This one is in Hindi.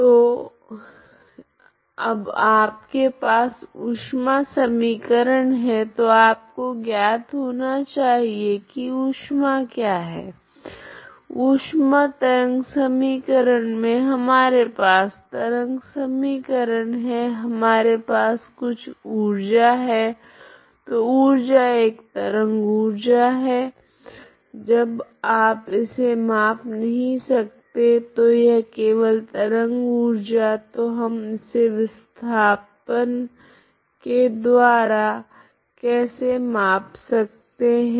तो अब आपके पास ऊष्मा समीकरण है तो आपको ज्ञात होना चाहिए की ऊष्मा क्या है ऊष्मा वास्तव मे तरंग समीकरण में हमारे पास तरंग समीकरण है हमारे पास कुछ ऊर्जा है तो ऊर्जा एक तरंग ऊर्जा है आप इसे माप नहीं सकते तो यह केवल तरंग ऊर्जा है तो हम इसे विस्थापन के द्वारा कैसे माप सकते है